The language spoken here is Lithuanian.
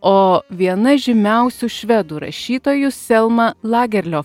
o viena žymiausių švedų rašytojų selma lagerliof